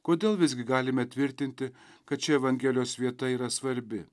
kodėl visgi galime tvirtinti kad ši evangelijos vieta yra svarbi